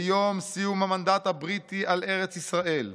ביום סיום המנדט הבריטי על ארץ ישראל,